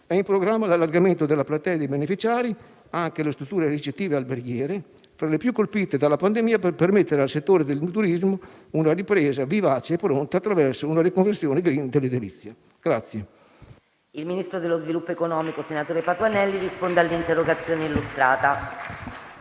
in programma l'allargamento della platea dei beneficiari anche alle strutture ricettive e alberghiere, fra le più colpite dalla pandemia, per permettete al settore del turismo una ripresa vivace e pronta, attraverso una riconversione *green* dell'edilizia .